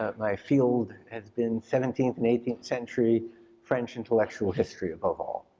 ah my field has been seventeenth and eighteenth century french intellectual history above all.